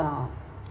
uh